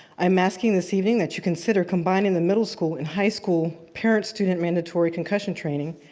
i am asking this evening that you consider combining the middle school and high school parent student mandatory concussion training,